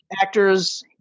actors